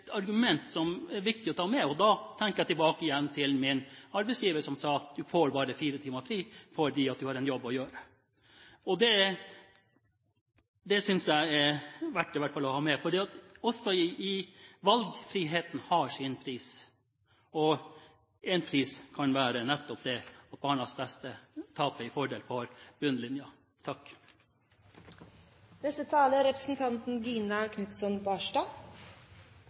argument som er viktig å ta med seg. Da tenker jeg igjen tilbake på min arbeidsgiver, som sa: Du får bare fire timer fri, for du har en jobb å gjøre. Det synes jeg det er verdt å ha med seg. Også valgfriheten har sin pris, og en pris kan nettopp være at barnas beste taper til fordel for bunnlinjen. Jeg slutter meg i helhet til forrige talers innlegg. Det var representanten